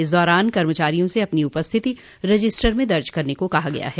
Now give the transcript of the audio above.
इस दौरान कर्मचारियों से अपनी उपस्थिति रजिस्टर में दर्ज करने को कहा गया है